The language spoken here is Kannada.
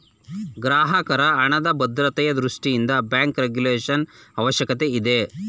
ಗ್ರಾಹಕರ ಹಣದ ಭದ್ರತೆಯ ದೃಷ್ಟಿಯಿಂದ ಬ್ಯಾಂಕ್ ರೆಗುಲೇಶನ್ ಅವಶ್ಯಕತೆ ಇದೆ